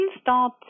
start